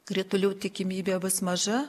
kritulių tikimybė bus maža